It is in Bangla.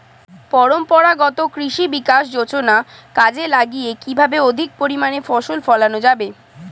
পরম্পরাগত কৃষি বিকাশ যোজনা কাজে লাগিয়ে কিভাবে অধিক পরিমাণে ফসল ফলানো যাবে?